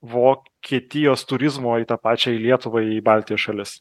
vokietijos turizmo į tą pačią į lietuvą į baltijos šalis